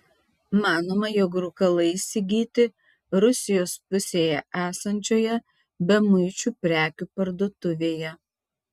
manoma jog rūkalai įsigyti rusijos pusėje esančioje bemuičių prekių parduotuvėje